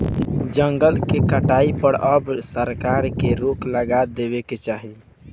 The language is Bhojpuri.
जंगल के काटे पर अब सरकार के रोक लगा देवे के चाही